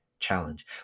challenge